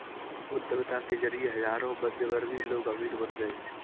उद्यमिता के जरिए हजारों मध्यमवर्गीय लोग अमीर बन गए